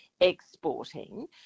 exporting